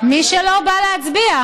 מי שלא בא להצביע.